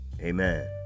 Amen